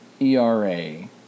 ERA